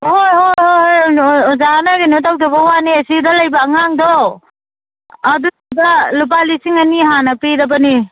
ꯍꯣꯏ ꯍꯣꯏ ꯍꯣꯏ ꯍꯣꯏ ꯑꯣꯖꯥꯅ ꯀꯩꯅꯣ ꯇꯧꯗꯕ ꯋꯥꯅꯤ ꯁꯤꯗ ꯂꯩꯕ ꯑꯉꯥꯡꯗꯣ ꯑꯗꯨꯗ ꯂꯨꯄꯥ ꯂꯤꯁꯤꯡ ꯑꯅꯤ ꯍꯥꯟꯅ ꯄꯤꯔꯕꯅꯤ